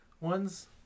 ones